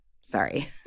sorry